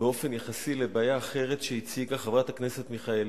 באופן יחסי לבעיה אחרת שהציגה חברת הכנסת מיכאלי.